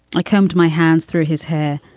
i come to my hands through his hair,